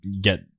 get